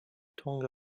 tongue